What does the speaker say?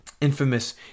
infamous